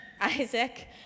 Isaac